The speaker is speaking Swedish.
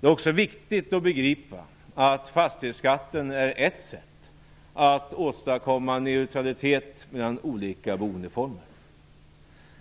Det är också viktigt att begripa att fastighetsskatten är ett sätt att åstadkomma neutralitet mellan olika boendeformer.